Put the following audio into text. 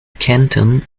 canton